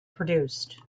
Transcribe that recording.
produced